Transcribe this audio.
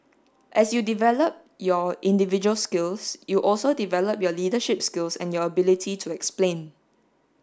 as you develop your individual skills you also develop your leadership skills and your ability to explain